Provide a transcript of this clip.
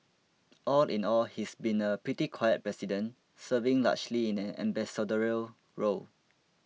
all in all he's been a pretty quiet president serving largely in an ambassadorial role